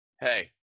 Hey